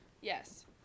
yes